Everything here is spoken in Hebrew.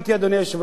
אדוני היושב-ראש,